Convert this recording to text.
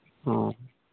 ᱚ